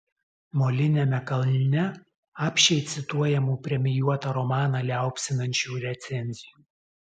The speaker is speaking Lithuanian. moliniame kalne apsčiai cituojamų premijuotą romaną liaupsinančių recenzijų